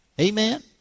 Amen